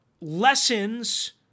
lessons